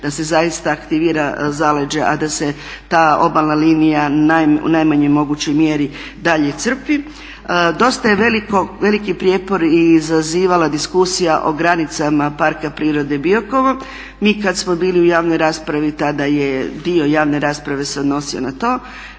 da se aktivira zaleđe, a da se ta obalna linija u najmanjoj mogućoj mjeri dalje crpi. Dosta je veliki prijepor izazivala diskusija o granicama Parka prirode Biokovo. Mi kada smo bili u javnoj raspravi tada je dio javne rasprave se odnosio na to.